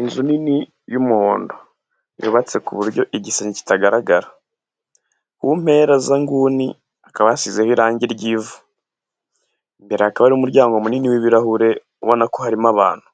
Inzu nini y'umuhondo yubatse ku buryo igisenge kitagaragara. Ku mpera z'inguni hakaba hasizeho irangi ry'ivu. Imbere hakaba hari umuryango munini w'ibirahure ubona ko harimo abantu.